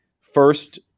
first